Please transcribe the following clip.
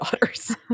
daughters